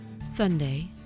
Sunday